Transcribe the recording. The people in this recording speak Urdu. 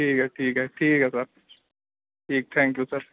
ٹھیک ہے ٹھیک ہے ٹھیک ہے سر ٹھیک تھینک یو سر